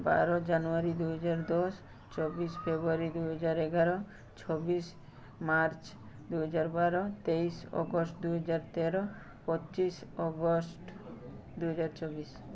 ବାର ଜାନୁଆରୀ ଦୁଇହଜାର ଦଶ ଚବିଶ ଫେବୃଆରୀ ଦୁଇହଜାର ଏଗାର ଛବିଶ ମାର୍ଚ୍ଚ ଦୁଇହଜାର ବାର ତେଇଶି ଅଗଷ୍ଟ ଦୁଇହଜାର ତେର ପଚିଶ ଅଗଷ୍ଟ ଦୁଇହଜାର ଚବିଶ